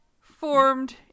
formed